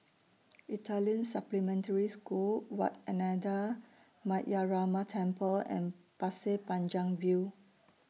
Italian Supplementary School Wat Ananda Metyarama Temple and Pasir Panjang View